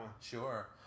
Sure